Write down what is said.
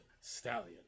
stallion